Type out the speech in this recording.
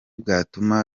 bwatuma